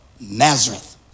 Nazareth